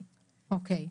אוקי.